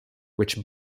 which